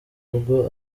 rugo